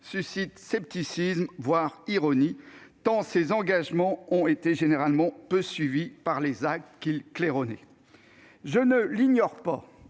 suscitent scepticisme, voire ironie, tant ils ont été généralement peu suivis par les actes qu'ils claironnaient. Je ne l'ignore pas